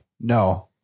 No